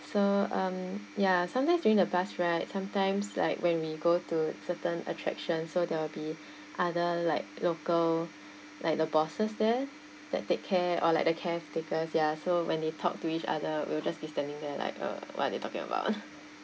so um ya sometimes during the bus ride sometimes like when we go to certain attraction so there will be other like local like the bosses there that take care or like the caretakers ya so when they talk to each other we will just be standing there like uh what are they talking about